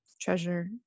treasure